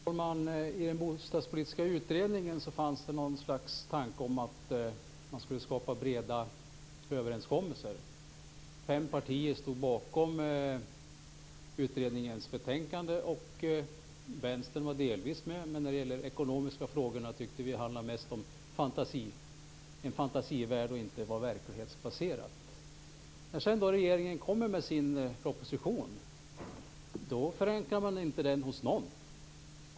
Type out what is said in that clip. Herr talman! I den bostadspolitiska utredningen fanns det en tanke om att skapa breda överenskommelser. Fem partier stod bakom utredningens betänkande. Vänstern var delvis med, men när det gällde de ekonomiska frågorna tyckte vi att det mest handlade om en fantasivärld. Det var inte verklighetsbaserat. När sedan regeringen kommer med sin proposition förankrar man den inte hos någon.